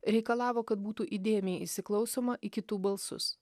reikalavo kad būtų įdėmiai įsiklausoma į kitų balsus